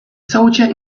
soldier